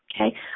okay